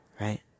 right